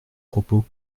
propos